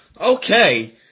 Okay